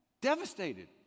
Devastated